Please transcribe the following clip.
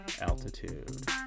altitude